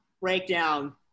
breakdown